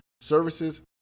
Services